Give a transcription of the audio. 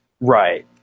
Right